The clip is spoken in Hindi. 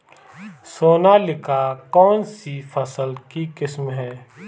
सोनालिका कौनसी फसल की किस्म है?